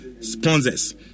sponsors